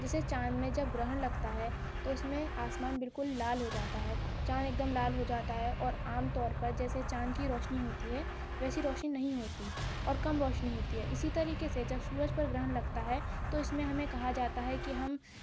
جیسے چاند میں جب گرہن لگتا ہے تو اس میں آسمان بالکل لال ہو جاتا ہے چاند ایک دم لال ہو جاتا ہے اور عام طور پر جیسے چاند کی روشنی ہوتی ہے ویسی روشنی نہیں ہوتی اور کم روشنی ہوتی ہے اسی طریقے سے جب سورج پر گرہن لگتا ہے تو اس میں ہمیں کہا جاتا ہے کہ ہم